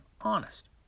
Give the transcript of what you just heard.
honest